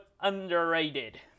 underrated